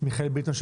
מיכאל ביטון,